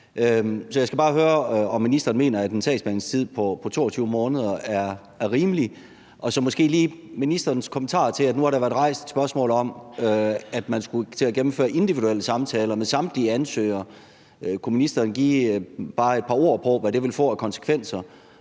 Så jeg skal bare høre, om ministeren mener, at en sagsbehandlingstid på 22 måneder er rimelig. Og nu har der været rejst et spørgsmål om, at man skulle til at gennemføre individuelle samtaler med samtlige ansøgere. Kunne ministeren måske komme med bare et par ord om, hvad det vil få af konsekvenser